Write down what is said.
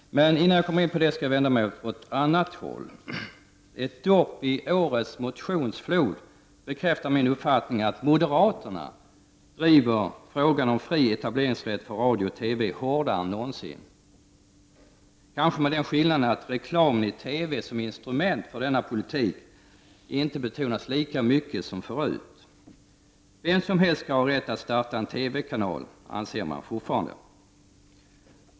Men innan jag kommer in på den skall jag vända mig åt ett annat håll. Ett dopp i årets motionsflod bekräftar min uppfattning att moderaterna driver frågan om fri etableringsrätt för radio och TV hårdare än någonsin, kanske med den skillnaden att reklamen i TV som instrument för denna poli tik inte betonas lika mycket som tidigare. Vem som helst skall ha rätt att starta en TV-kanal, anser moderaterna fortfarande.